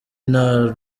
nta